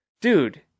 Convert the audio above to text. Dude